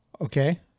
okay